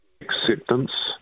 acceptance